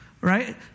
right